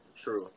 True